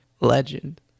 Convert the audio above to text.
legend